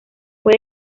fue